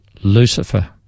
Lucifer